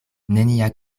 nenia